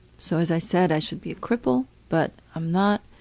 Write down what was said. so as i said i should be a cripple, but i'm not.